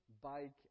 bike